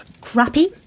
Crappy